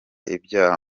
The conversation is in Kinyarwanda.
ibyaha